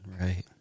Right